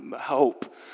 hope